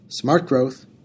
smartgrowth